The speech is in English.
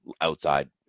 outside